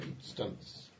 Stunts